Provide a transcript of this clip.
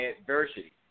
adversity